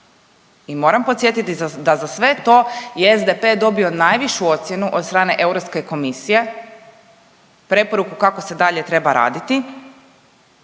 I moram podsjetiti da za sve to je SDP dobio najvišu ocjenu od strane Europske komisije, preporuku kako se dalje treba raditi,